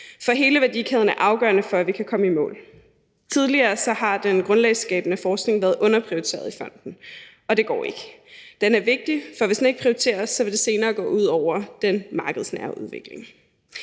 for hele værdikæden er afgørende for, at vi kan komme i mål. Tidligere har den grundlagsskabende forskning været underprioriteret i fonden, og det går ikke. Den er vigtig, for hvis den ikke prioriteres, vil det senere gå ud over den markedsnære udvikling.